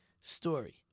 story